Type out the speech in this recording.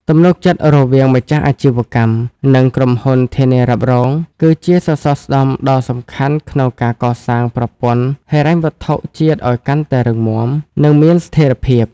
ទំនុកចិត្តរវាងម្ចាស់អាជីវកម្ម និងក្រុមហ៊ុនធានារ៉ាប់រង គឺជាសសរស្តម្ភដ៏សំខាន់ក្នុងការកសាងប្រព័ន្ធហិរញ្ញវត្ថុជាតិឱ្យកាន់តែរឹងមាំ និងមានស្ថិរភាព។